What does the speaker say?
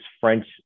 French